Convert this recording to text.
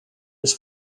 its